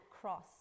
cross